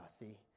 see